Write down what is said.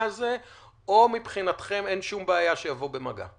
הזה או שמבחינתכם אין שום בעיה שיבוא במגע?